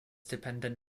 dependent